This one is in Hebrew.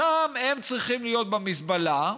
שם הם צריכים להיות, במזבלה,